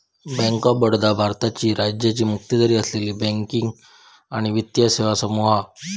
bank of Baroda भारताची राज्याची मक्तेदारी असलेली बँकिंग आणि वित्तीय सेवा समूह हा